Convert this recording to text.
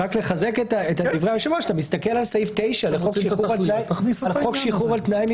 אתם רוצים את התכליות תכניסו את העניין הזה.